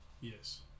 Yes